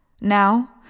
Now